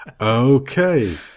Okay